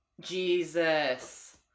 Jesus